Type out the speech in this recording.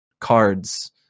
cards